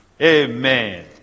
Amen